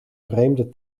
vreemde